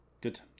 good